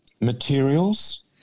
materials